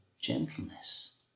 gentleness